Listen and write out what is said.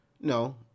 no